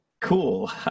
cool